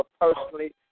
personally